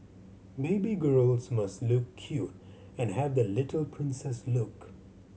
baby girls must look cute and have that little princess look